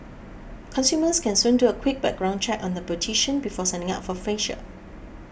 consumers can soon do a quick background check on their beautician before signing up for a facial